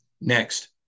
Next